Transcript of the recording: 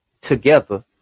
together